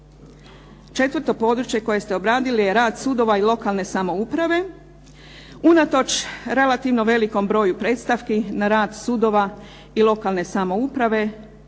Četvrto područje koje ste obradili je rad sudova i lokalne samouprave, unatoč relativno velikom broju predstavki na rad sudova i lokalne samouprave